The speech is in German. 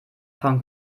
von